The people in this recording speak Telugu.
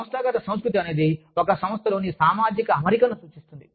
సంస్థాగత సంస్కృతి అనేది ఒక సంస్థలోని సామాజిక అమరికను సూచిస్తుంది